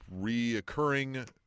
reoccurring